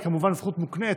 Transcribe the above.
היא כמובן זכות מוקנית,